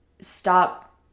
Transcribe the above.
stop